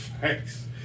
thanks